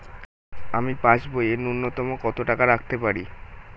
আমি পাসবইয়ে ন্যূনতম কত টাকা রাখতে পারি?